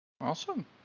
Awesome